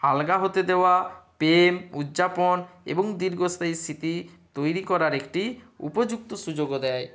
আলগা হতে দেওয়া প্রেম উজ্জাপন এবং দীর্গস্থায়ী স্মিতি তৈরি করার একটি উপযুক্ত সুযোগও দেয়